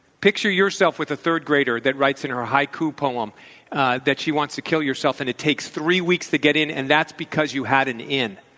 picture yourself with a third grader that writes in her haiku poem that she wants to kill yourself, and it takes three weeks to get in, and that's because you had an in.